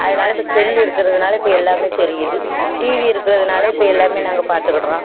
அதனால் இப்போ செல்லு இருக்கிறதுனால இப்போ எல்லாமே தெரியுது டிவி இருக்கிறதுனால இப்போ எல்லாமே நாங்கள் பார்த்துக்கிடுறோம்